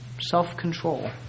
self-control